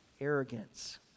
Arrogance